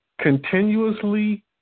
continuously